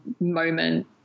moment